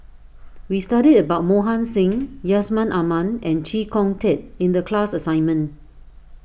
we studied about Mohan Singh Yusman Aman and Chee Kong Tet in the class assignment